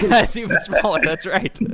that's even smaller. that's right.